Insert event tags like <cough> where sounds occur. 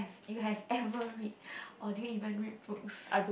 you have ever read <breath> or do you even read books